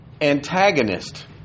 antagonist